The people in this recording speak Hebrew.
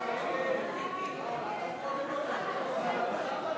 את הצעת חוק ההוצאה לפועל (תיקון, סמכות מקומית),